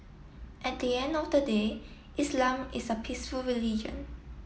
at the end of the day Islam is a peaceful religion